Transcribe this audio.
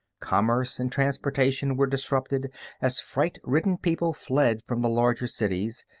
commerce and transportation were disrupted as fright-ridden people fled from the larger cities,